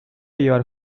llevar